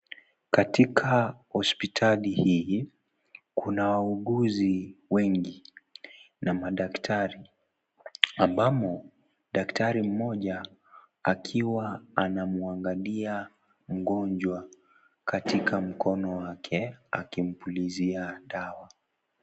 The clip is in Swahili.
Katika hospitali hii, kuna wahuguzi wengi na madaktari ambamo daktari mmoja akiwa anamwangalia mgonjwa katika mkono wake akimpulizia dawa.